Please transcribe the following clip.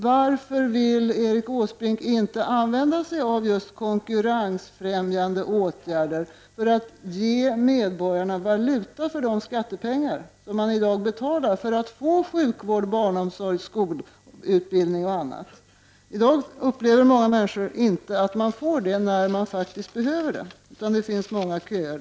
Varför vill Erik Åsbrink inte använda sig av just konkurrensfrämjande åtgärder för att ge medborgarna valuta för de skattepengar som de i dag betalar för att få sjukvård, barnomsorg, skolutbildning och annat? I dag upplever många människor att de inte får det när de behöver det, utan det är många köer.